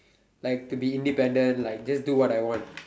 like to do be independent like just do what I want